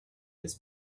his